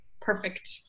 perfect